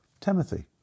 Timothy